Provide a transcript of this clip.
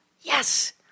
yes